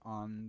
on